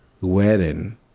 wedding